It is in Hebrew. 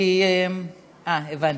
אה, הבנתי,